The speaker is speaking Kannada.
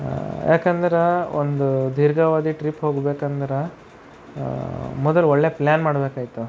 ಏಕೆಂದರೆ ಒಂದು ದೀರ್ಘಾವಧಿ ಟ್ರಿಪ್ ಹೋಗಬೇಕೆಂದರೆ ಮೊದಲು ಒಳ್ಳೆಯ ಪ್ಲಾನ್ ಮಾಡಬೇಕಾಯಿತು